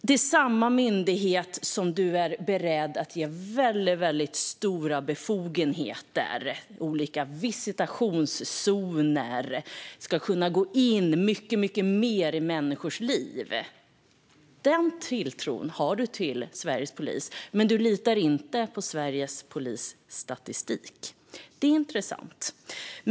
Det är samma myndighet som Johan Forssell är beredd att ge väldigt stora befogenheter med olika visitationszoner. Man ska kunna gå in mycket mer i människors liv. Den tilltron har han till Sveriges polis, men han litar inte på Sveriges polisstatistik. Det är intressant.